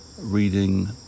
reading